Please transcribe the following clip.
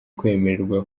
kwemererwa